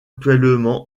actuellement